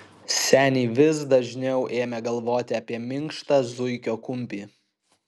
seniai vis dažniau ėmė galvoti apie minkštą zuikio kumpį